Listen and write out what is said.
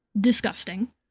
disgusting